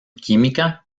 química